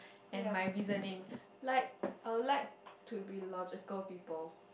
and my reasoning like I would like to be logical people